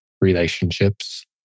Relationships